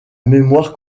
mémoire